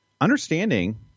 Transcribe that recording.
understanding